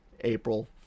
April